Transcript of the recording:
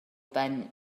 ben